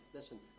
Listen